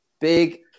big